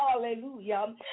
Hallelujah